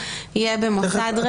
יהיה במוסד רפואי.